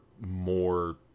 more